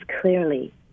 clearly